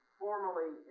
formally